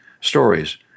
Stories